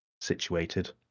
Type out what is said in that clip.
situated